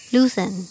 Loosen